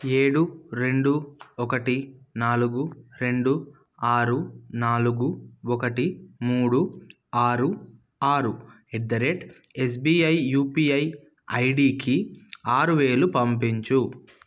ఏడు రెండు ఒకటి నాలుగు రెండు ఆరు నాలుగు ఒకటి మూడు ఆరు ఆరు at the rate SBI UPI ఐడీకి ఆరు వేలు పంపించుము